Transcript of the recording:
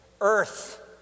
Earth